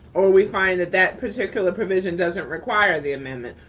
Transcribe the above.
or we find that that particular provision doesn't require the amendment.